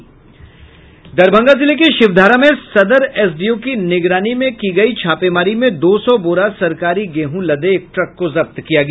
दरभंगा जिले के शिवधारा में सदर एसडीओ की निगरानी में की गयी छापेमारी में दो सौ बोरा सरकारी गेहू लदे एक ट्रक को जब्त किया गया